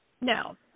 No